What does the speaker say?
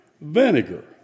vinegar